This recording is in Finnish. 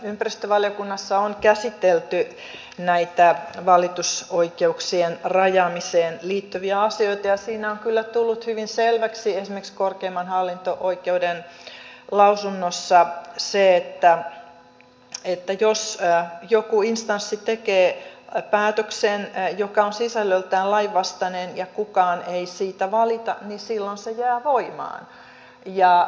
ympäristövaliokunnassa on käsitelty näitä valitusoikeuksien rajaamiseen liittyviä asioita ja siinä on kyllä tullut hyvin selväksi esimerkiksi korkeimman hallinto oikeuden lausunnossa se että jos joku instanssi tekee päätöksen joka on sisällöltään lainvastainen ja kukaan ei siitä valita niin silloin se jää voimaan